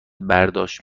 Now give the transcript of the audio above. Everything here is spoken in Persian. برداشت